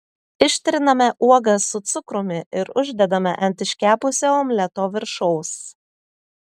ištriname uogas su cukrumi ir uždedame ant iškepusio omleto viršaus